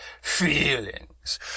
feelings